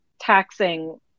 taxing